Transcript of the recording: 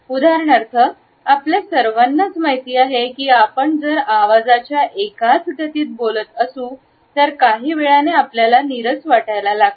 उदाहरणार्थ आपल्या सर्वांनाच माहिती आहे की आपण जर आवाजाच्या एकाच गतीत बोलत असू तर काही वेळाने आपल्याला नीरस वाटायला लागते